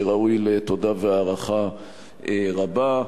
שראוי לתודה והערכה רבה.